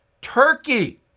turkey